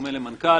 בדומה למנכ"ל.